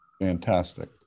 Fantastic